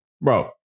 Bro